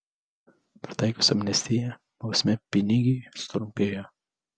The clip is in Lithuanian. pritaikius amnestiją bausmė pinigiui sutrumpėjo